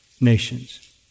nations